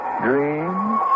dreams